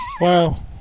Wow